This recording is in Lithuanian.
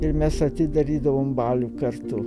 ir mes atidarydavom balių kartu